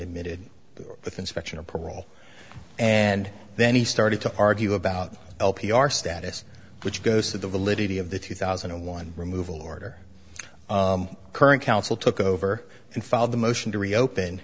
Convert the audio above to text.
admitted with inspection or parole and then he started to argue about l p r status which goes to the validity of the two thousand and one removal order current council took over and filed the motion to reopen